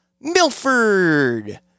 Milford